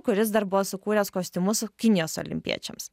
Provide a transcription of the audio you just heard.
kuris dar buvo sukūręs kostiumus kinijos olimpiečiams